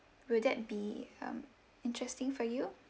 will that be um interesting for you